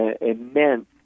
immense